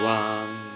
one